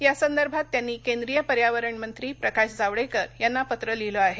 यासंदर्भात त्यांनी केंद्रीय पर्यावरण मंत्री प्रकाश जावडेकर यांना पत्र लिहिलं आहे